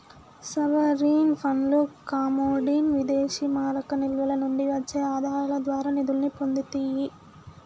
sovereign ఫండ్లు commodity విదేశీమారక నిల్వల నుండి వచ్చే ఆదాయాల ద్వారా నిధుల్ని పొందుతియ్యి